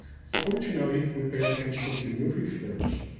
fortunately, we pay attention to new research.